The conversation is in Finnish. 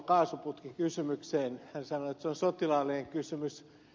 hän sanoi että se on sotilaallinen kysymys